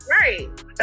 Right